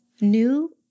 New